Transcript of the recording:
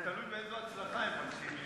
זה תלוי באיזו הצלחה הם מגשימים,